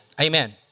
amen